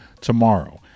tomorrow